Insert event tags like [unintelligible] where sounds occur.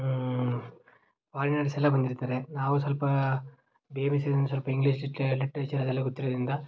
foreigners ಎಲ್ಲ ಬಂದಿರ್ತಾರೆ ನಾವು ಸ್ವಲ್ಪ [unintelligible] ಸ್ವಲ್ಪ ಇಂಗ್ಲೀಷ್ ಲಿಟ್ ಲಿಟ್ರೇಚರ್ ಅದೆಲ್ಲ ಗೊತ್ತಿರೋದರಿಂದ